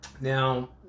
now